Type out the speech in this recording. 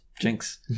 Jinx